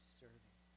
serving